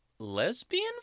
Lesbian